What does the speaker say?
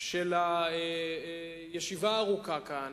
של הישיבה הארוכה כאן